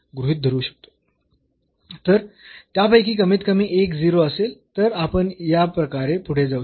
तर त्यापैकी कमीतकमी एक 0 असेल तर आपण याप्रकारे पुढे जाऊ शकतो